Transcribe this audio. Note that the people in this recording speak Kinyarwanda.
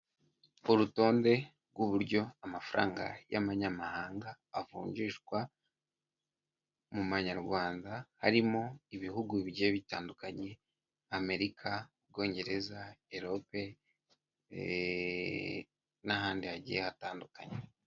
Urutonde rw'uburyo amafaranga y'amanyamahanga avunjishwa mu manyarwanda, harimo ibihugu bigiye bitandukanye: Amerika, Ubwongereza, Erope, n'ahandi hagiye hatandukanye.